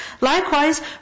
Likewise